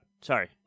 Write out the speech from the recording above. sorry